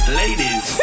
ladies